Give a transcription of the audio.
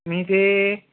मी ते